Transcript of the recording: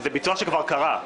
וזה ביצוע שכבר קרה.